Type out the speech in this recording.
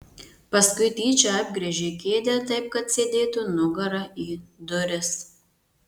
paskui tyčia apgręžė kėdę taip kad sėdėtų nugara į duris